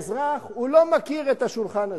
האזרח, הוא לא מכיר את השולחן הזה,